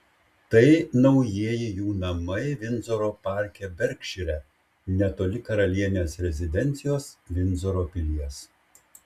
tai naujieji jų namai vindzoro parke berkšyre netoli karalienės rezidencijos vindzoro pilies